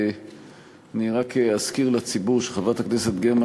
אני רק אזכיר לציבור שחברת הכנסת גרמן